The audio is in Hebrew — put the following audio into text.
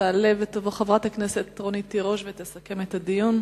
תעלה ותבוא חברת הכנסת רונית תירוש ותסכם את הדיון.